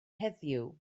heddiw